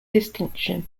distinction